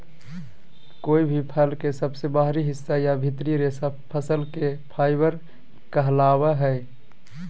कोय भी फल के सबसे बाहरी हिस्सा या भीतरी रेशा फसल के फाइबर कहलावय हय